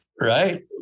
right